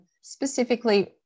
specifically